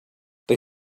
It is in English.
they